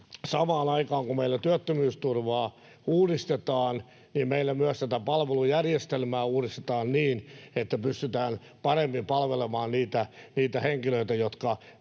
samaan aikaan kun meillä työttömyysturvaa uudistetaan, meillä myös tätä palvelujärjestelmää uudistetaan niin, että pystytään paremmin palvelemaan niitä henkilöitä, jotka